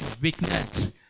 Weakness